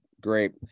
great